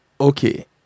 okay